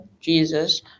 jesus